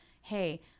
hey